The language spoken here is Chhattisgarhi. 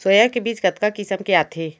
सोया के बीज कतका किसम के आथे?